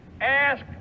ask